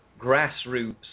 grassroots